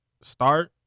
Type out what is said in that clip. start